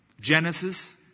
Genesis